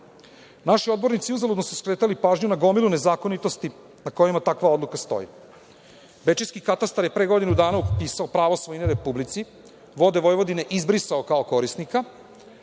Naši odbornici uzaludno su skretali pažnju na gomilu nezakonitosti na kojima takva odluka stoji. Bečejski katastar je pre godinu dana upisao pravo svojine Republici, „Vode Vojvodine“ izbrisao kao korisnika,